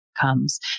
comes